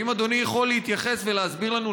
האם אדוני יכול להתייחס ולהסביר לנו,